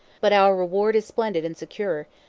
but our reward is splendid and secure,